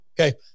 Okay